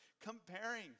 comparing